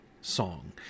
song